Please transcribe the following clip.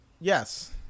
yes